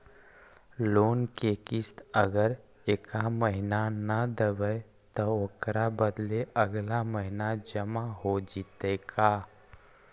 Loan के किस्त अगर एका महिना न देबै त ओकर बदले अगला महिना जमा हो जितै का?